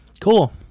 Cool